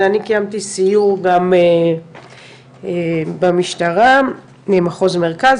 זה אני קיימתי סיור גם במשטרה ממחוז מרכז